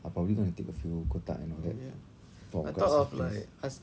I probably gonna take a few kotak and all that for of course office